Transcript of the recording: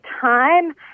time